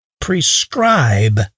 prescribe